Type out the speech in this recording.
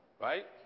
Right